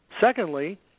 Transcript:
Secondly